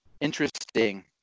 interesting